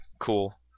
cool